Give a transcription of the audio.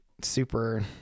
super